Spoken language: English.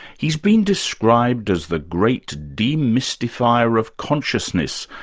he's been described as the great de-mystifier of consciousness,